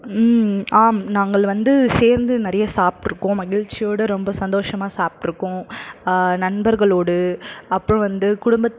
ம் ஆம் நாங்கள் வந்து சேர்ந்து நிறைய சாப்பிட்ருக்கோம் மகிழ்ச்சியோடய ரொம்ப சந்தோசஷமாக சாப்பிட்ருக்கோம் நண்பர்களோடு அப்புறோம் வந்து குடும்பத்